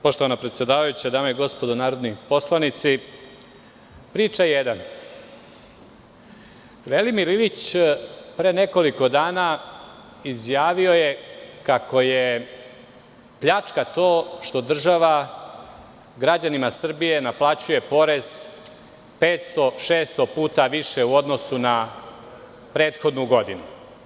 Poštovana predsedavajuća, dame i gospodo narodni poslanici, priča jedan, Velimir Ilić je pre nekoliko dana izjavio kako je pljačka i to što država građanima Srbije naplaćuje porez 500, 600 puta više u odnosu na prethodnu godinu.